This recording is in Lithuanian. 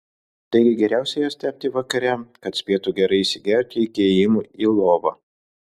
taigi geriausia jas tepti vakare kad spėtų gerai įsigerti iki ėjimo į lovą